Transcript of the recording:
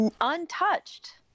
untouched